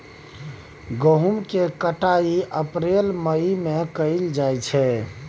गहुम केर कटाई अप्रील मई में कएल जाइ छै